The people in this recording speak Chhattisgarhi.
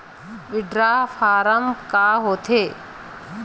विड्राल फारम का होथे?